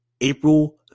April